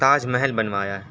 تاج محل بنوایا ہے